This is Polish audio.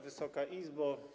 Wysoka Izbo!